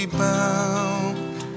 bound